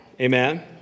Amen